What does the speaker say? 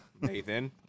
Nathan